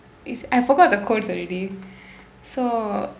is I forgot the codes already so